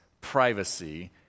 privacy